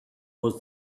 was